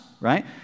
Right